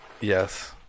Yes